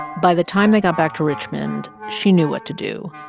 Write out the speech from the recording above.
by the time they got back to richmond, she knew what to do.